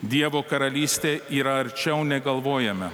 dievo karalystė yra arčiau nei galvojame